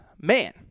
man